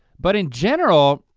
but in general,